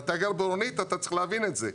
אתה גר באורנית, אתה צריך להבין את זה.